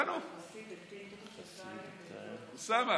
לוועדה המיוחדת לפניות הציבור נתקבלה.